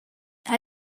how